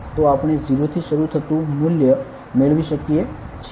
તો આપણે 0 થી શરૂ થતું મૂલ્ય મેળવી શકીએ છીએ